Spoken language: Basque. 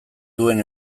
duen